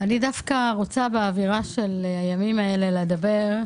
אני דווקא רוצה באווירה של הימים האלה לדבר.